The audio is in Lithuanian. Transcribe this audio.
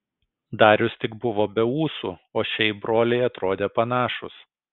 darius tik buvo be ūsų o šiaip broliai atrodė panašūs